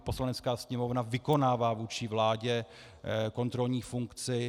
Poslanecká sněmovna vykonává vůči vládě kontrolní funkci.